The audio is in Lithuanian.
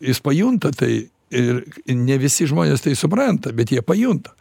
jis pajunta tai ir ne visi žmonės tai supranta bet jie pajunta